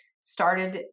started